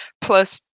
plus